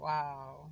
Wow